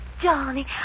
Johnny